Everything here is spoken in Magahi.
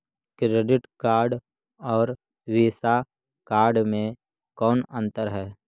क्रेडिट कार्ड और वीसा कार्ड मे कौन अन्तर है?